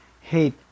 hate